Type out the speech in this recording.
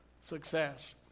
success